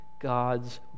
God's